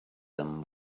them